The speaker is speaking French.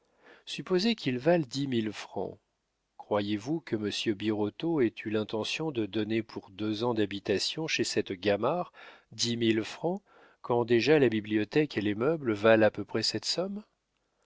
supposez qu'ils valent dix mille francs croyez-vous que monsieur birotteau ait eu l'intention de donner pour deux ans d'habitation chez cette gamard dix mille francs quand déjà la bibliothèque et les meubles valent à peu près cette somme